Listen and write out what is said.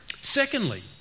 Secondly